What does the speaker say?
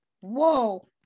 whoa